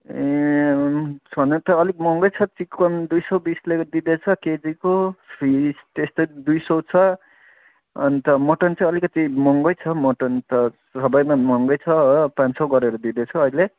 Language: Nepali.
ए छनु त अलिक महँगै छ चिकन दुई सय बिसले दिँदैछ केजीको फिस त्यस्तै दुइ सय छ अन्त मटन चाहिँ अलिकति महँगै छ मटन त सबैमा महँगै छ हो पाँच सय गरेर दिँदैछु अहिले